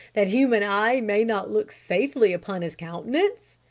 that human eye may not look safely upon his countenance?